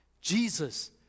Jesus